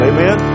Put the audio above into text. Amen